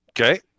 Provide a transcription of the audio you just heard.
Okay